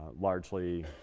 largely